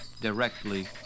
directly